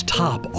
top